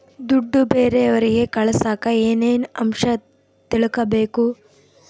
ದುಡ್ಡು ಬೇರೆಯವರಿಗೆ ಕಳಸಾಕ ಏನೇನು ಅಂಶ ತಿಳಕಬೇಕು?